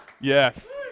Yes